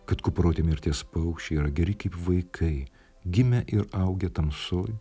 kad kuproti mirties paukščiai yra geri kaip vaikai gimę ir augę tamsoj